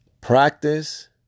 practice